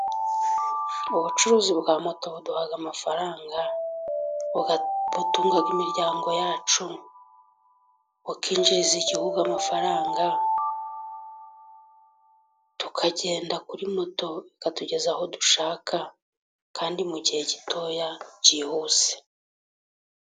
Ubucuruzi bwa moto buduha amafaranga, butunga imiryango yacu bukinjiriza igihugu amafaranga, tukagenda kuri moto ikatugeza aho dushaka, kandi mu gihe gitoya cyihuse.